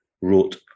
wrote